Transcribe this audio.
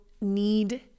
need